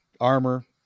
armor